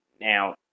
Now